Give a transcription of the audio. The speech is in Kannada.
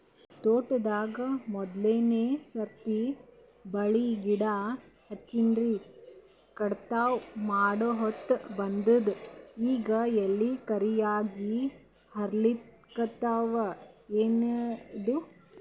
ತೋಟದಾಗ ಮೋದಲನೆ ಸರ್ತಿ ಬಾಳಿ ಗಿಡ ಹಚ್ಚಿನ್ರಿ, ಕಟಾವ ಮಾಡಹೊತ್ತ ಬಂದದ ಈಗ ಎಲಿ ಕರಿಯಾಗಿ ಹರಿಲಿಕತ್ತಾವ, ಏನಿದು?